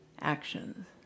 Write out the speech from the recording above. actions